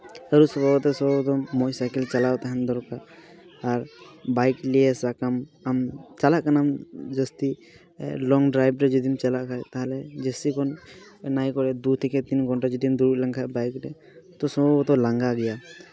motor cycle ᱪᱟᱞᱟᱣ ᱛᱟᱦᱮᱱ ᱫᱚᱨᱠᱟᱨ ᱟᱨ ᱵᱟᱭᱤᱠ ᱞᱤᱭᱮ ᱥᱟᱵ ᱠᱟᱜᱼᱟᱢ ᱟᱢ ᱪᱟᱞᱟᱜ ᱠᱟᱱᱟᱢ ᱡᱟᱹᱥᱛᱤ ᱞᱚᱝ ᱰᱨᱟᱭᱤᱵᱷ ᱨᱮ ᱡᱩᱫᱤᱢ ᱪᱟᱞᱟᱜ ᱠᱷᱟᱱ ᱛᱟᱦᱞᱮ ᱡᱟᱹᱥᱛᱤ ᱠᱷᱚᱱ ᱱᱟᱭ ᱠᱚᱨᱮ ᱫᱩ ᱛᱷᱮᱠᱮ ᱛᱤᱱ ᱜᱷᱚᱱᱴᱟ ᱡᱩᱫᱤᱢ ᱫᱩᱲᱩᱵ ᱞᱮᱱᱠᱷᱟᱱ ᱵᱟᱭᱤᱠ ᱨᱮ ᱛᱳ ᱥᱚᱢᱵᱷᱚᱵᱚᱛᱚ ᱞᱟᱸᱜᱟ ᱜᱮᱭᱟ